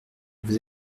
vous